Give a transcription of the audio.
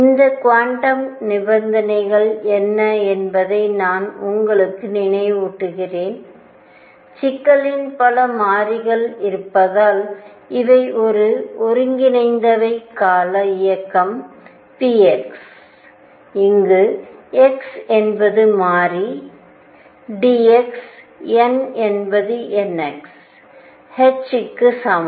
இந்த குவாண்டம் நிபந்தனைகள் என்ன என்பதை நான் உங்களுக்கு நினைவூட்டுகிறேன் சிக்கலில் பல மாறிகள் இருப்பதால் இவை ஒரு ஒருங்கிணைந்தவை கால இயக்கம் px இங்கு x என்பது மாறி dx n என்பது nx hக்கு சமம்